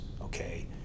okay